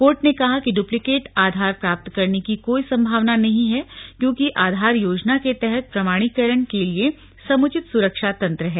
court ने कहा कि डुप्लीकेट आधार प्राप्त करने की कोई संभावना नहीं है क्योंकि आधार योजना के तहत प्रमाणीकरण के लिए समुचित सुरक्षा तंत्र है